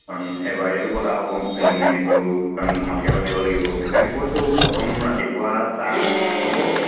কাৰণ এবাৰটো পতা হ'ব এলুমিনি মিটটো কাৰণ ভালকৈ পাতিব লাগিব সেইকাৰণে কৈছোঁ প্ৰথম ৰাতিপুৱা চাহ হ'ব